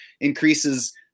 increases